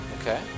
Okay